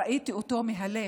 ראיתי אותו מהלך.